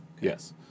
Yes